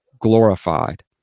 glorified